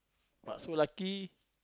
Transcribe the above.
but so luckily